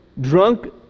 drunk